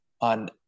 on